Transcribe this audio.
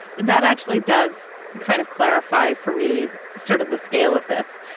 that actually does kind of clarify for me sort of the scale of this.